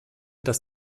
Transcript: dass